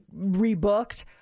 rebooked